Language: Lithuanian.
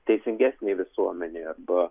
teisingesnei visuomenei arba